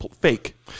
fake